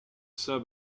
saint